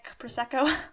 Prosecco